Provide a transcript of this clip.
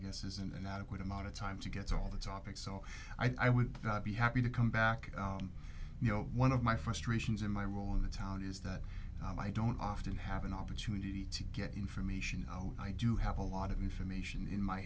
guess is an inadequate amount of time to get all the topics so i would be happy to come back you know one of my frustrations in my role in the town is that i don't often have an opportunity to get information you know i do have a lot of information in my